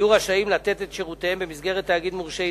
יהיו רשאים לתת את שירותיהם במסגרת תאגיד מורשה ישראלי,